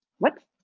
what,